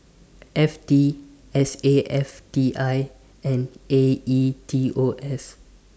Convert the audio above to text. F T S A F T I and A E T O S